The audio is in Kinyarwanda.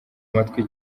matwi